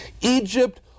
Egypt